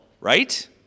right